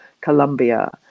Colombia